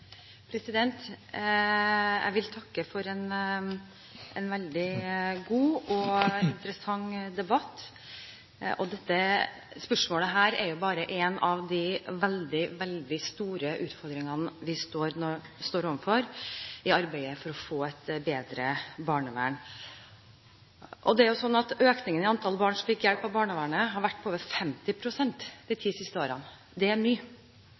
jo bare én av de veldig, veldig store utfordringene vi står overfor i arbeidet for å få et bedre barnevern. Det er jo sånn at økningen i antall barn som har fått hjelp av barnevernet, har vært på over 50 pst. de ti siste årene – det er mye.